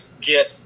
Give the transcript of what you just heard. get